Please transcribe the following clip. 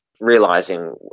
realizing